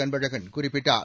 அன்பழகன் குறிப்பிட்டார்